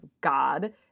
God